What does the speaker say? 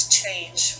change